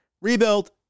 rebuilt